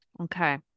Okay